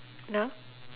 now